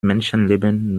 menschenleben